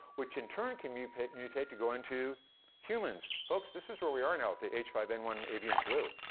which, in turn, can mutate mutate to go into humans. folks, this is where we are now with h five n one avian flu.